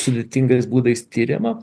sudėtingais būdais tiriama